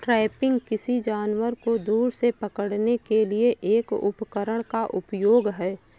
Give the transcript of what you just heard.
trapping, किसी जानवर को दूर से पकड़ने के लिए एक उपकरण का उपयोग है